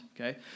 okay